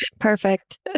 perfect